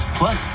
plus